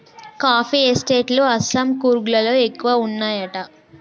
coffee estate లు అస్సాం, కూర్గ్ లలో ఎక్కువ వున్నాయట